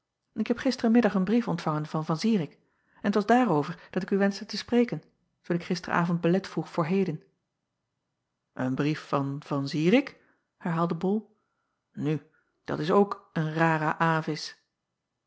k heb gisteren middag een brief ontvangen van an irik en t was daarover dat ik u wenschte te spreken toen ik gisteren avond belet vroeg voor heden en brief van an irik herhaalde ol nu dat is ook een rara avis ier is